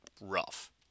rough